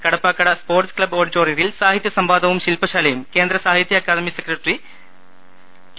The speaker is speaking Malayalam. കടപ്പാക്കട സ്പോർട്സ് ക്ലബ്ബ് ഓഡിറ്റോറിയത്തിൽ സാഹിത്യ സംവാദവും ശിൽപശാലയും സാഹിത്യ അക്കാദമി സെക്രട്ടറി കെ